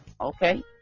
okay